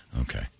Okay